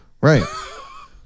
Right